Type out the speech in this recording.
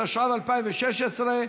התשע"ו 2016,